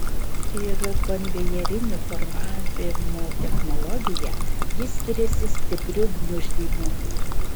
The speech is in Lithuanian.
ir konvejerinio formavimo technologija ji skiriasi stipriu gniuždymu